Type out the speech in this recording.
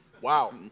Wow